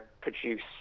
produce